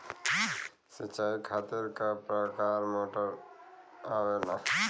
सिचाई खातीर क प्रकार मोटर आवेला?